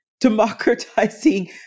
democratizing